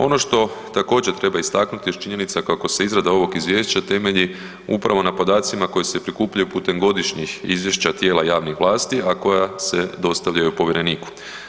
Ono što također treba istaknuti jest činjenica kako se izrada ovog izvješća temelji upravo na podacima koje se prikupljaju putem godišnjih izvješća tijela javnih vlasti, a koja se dostavljaju povjereniku.